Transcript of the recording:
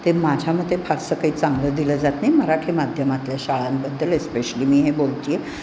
ते माझ्यामते फारसं काही चांगलं दिलं जात नाही मराठी माध्यमातल्या शाळांबद्दल एस्पेशली मी हे बोलते आहे